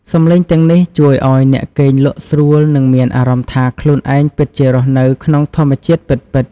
សំឡេងទាំងនេះជួយឱ្យអ្នកគេងលក់ស្រួល និងមានអារម្មណ៍ថាខ្លួនឯងពិតជារស់នៅក្នុងធម្មជាតិពិតៗ។